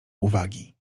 uwagi